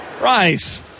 Rice